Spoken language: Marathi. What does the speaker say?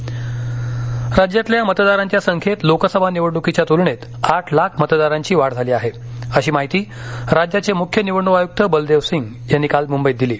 मतदार संख्या राज्यातील मतदारांच्या संख्येत लोकसभानिवडणुकीच्या तुलनेत आठ लाख मतदारांची वाढ झाली आहे अशी माहिती राज्याचे मुख्यनिवडणूक आयुक्त बलदेव सिंह यांनी काल मुंबईत दिली